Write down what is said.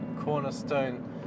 cornerstone